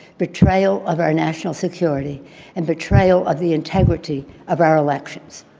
betrayal of our national security and betrayal of the integrity of our elections.